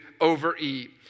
overeat